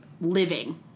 living